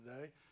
today